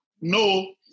No